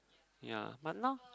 ya but now